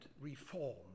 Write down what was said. reform